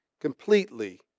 completely